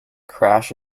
crash